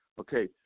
Okay